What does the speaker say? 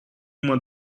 uma